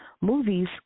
movies